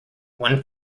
one